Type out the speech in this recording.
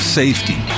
safety